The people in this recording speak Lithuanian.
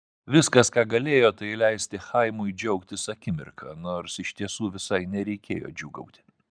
viskas ką galėjo tai leisti chaimui džiaugtis akimirka nors iš tiesų visai nereikėjo džiūgauti